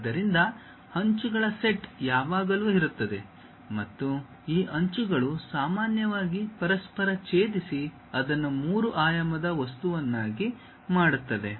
ಆದ್ದರಿಂದ ಅಂಚುಗಳ ಸೆಟ್ ಯಾವಾಗಲೂ ಇರುತ್ತದೆ ಮತ್ತು ಈ ಅಂಚುಗಳು ಸಾಮಾನ್ಯವಾಗಿ ಪರಸ್ಪರ ಛೇದಿಸಿ ಅದನ್ನು ಮೂರು ಆಯಾಮದ ವಸ್ತುವನ್ನಾಗಿ ಮಾಡುತ್ತದೆ